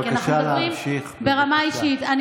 כי אנחנו מדברים ברמה האישית.